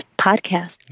podcast